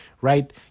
right